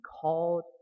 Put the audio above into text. called